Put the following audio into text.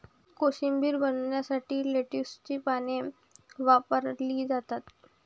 कोशिंबीर बनवण्यासाठी लेट्युसची पाने वापरली जातात